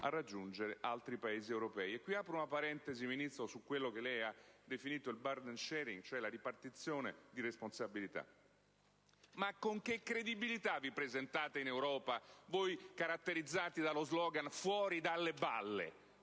a raggiungere altri Paesi europei. Apro una parentesi, signor Ministro, su quello che lei ha definito il *partner* *sharing*, cioè la ripartizione di responsabilità: ma con che credibilità vi presentate in Europa, voi che vi caratterizzate per lo *slogan*: «Fuori dalle balle»?